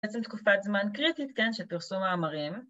‫בעצם תקופת זמן קריטית ‫כן של פרסום מאמרים.